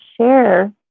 share